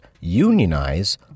unionize